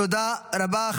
תודה רבה.